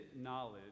knowledge